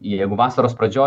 jeigu vasaros pradžioj